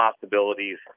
possibilities